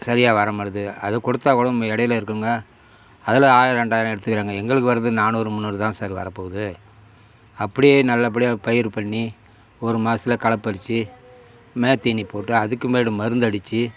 சரியா வர மாட்டுது அதை கொடுத்தா கூடும் எடையில இருக்கவங்க அதில் ஆயிரம் ரெண்டாயிரம் எடுத்துக்கிறாங்கள் எங்களுக்கு வரது நானூறு முன்னூறு தான் சார் வர போகுது அப்படியே நல்லபடியா பயிறு பண்ணி ஒரு மாசத்தில் களை பறிச்சி மேத்தீனி போட்டு அதுக்கு மேல மருந்து அடித்து